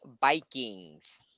Vikings